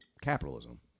capitalism